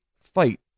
fight